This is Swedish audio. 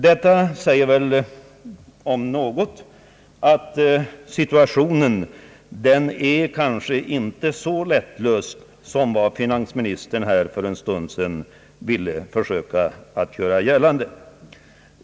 Detta säger väl om något att det inte är så lätt att klara situationen som finansministern för en stund sedan ville försöka göra gällande.